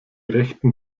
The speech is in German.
rechten